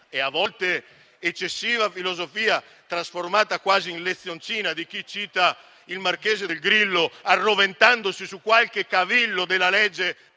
- a volte eccessiva filosofia, trasformata quasi in lezioncina - di chi cita il Marchese del Grillo, arroventandosi su qualche cavillo della legge,